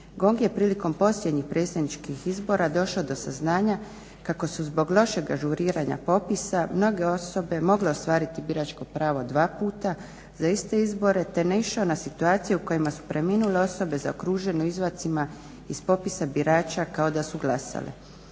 GONG je prilikom posljednjih predsjedničkih izbora došao do saznanja kako su zbog lošeg ažuriranja popisa mnoge osobe mogle ostvariti biračko pravo dva puta za iste izbore te naišao na situacije u kojima su preminule osobe zaokružene u izvacima iz popisa birača kao da su glasale.